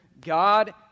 God